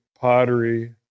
pottery